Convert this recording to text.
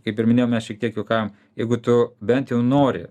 kaip ir minėjau mes šiek tiek juokaujam jeigu tu bent jau nori